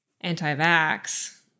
anti-vax